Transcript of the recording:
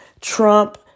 Trump